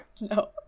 No